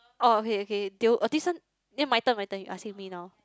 orh okay okay they'll ya my turn my turn you asking me now